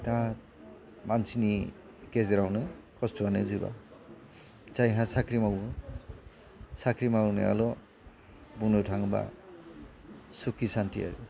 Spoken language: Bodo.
दा मानसिनि गेजेरावनो खस्थ' होननाया जोबा जायहा साख्रि मावो साख्रि मावनायाल' बुंनो थाङोब्ला सुखि सान्थि आरो